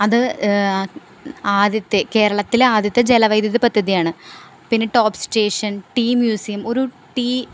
അത് ആദ്യത്തെ കേരളത്തിലെ ആദ്യത്തെ ജല വൈദ്യുത പദ്ധതിയാണ് പിന്നെ ടോപ് സ്റ്റേഷൻ ട്ടീ മ്യൂസിയം ഒരു ട്ടീ